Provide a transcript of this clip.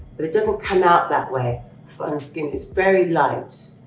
but it doesn't come out that way on the skin, it's very light.